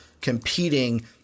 competing